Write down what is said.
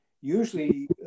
Usually